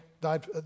died